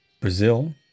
Brazil